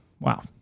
Wow